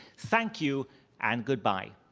thank you and goodbye.